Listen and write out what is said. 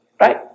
Right